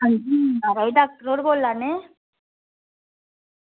हां जी महाराज डाक्टर होर बोला ने